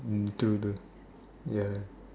ya do those ya